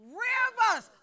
rivers